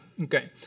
Okay